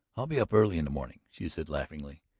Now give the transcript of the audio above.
i'll be up early in the morning, she said laughingly.